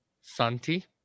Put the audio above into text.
Santi